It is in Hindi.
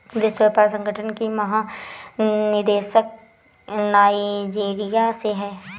विश्व व्यापार संगठन की महानिदेशक नाइजीरिया से है